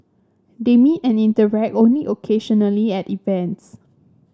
they meet and interact only occasionally at events